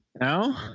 No